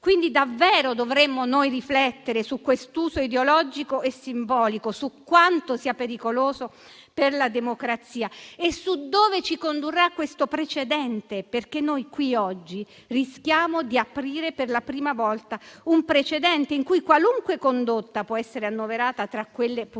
Quindi davvero dovremmo riflettere su quest'uso ideologico e simbolico, su quanto sia pericoloso per la democrazia e su dove ci condurrà questo precedente. Infatti, oggi rischiamo di aprire per la prima volta un precedente per cui qualunque condotta potrà essere annoverata tra quelle punibili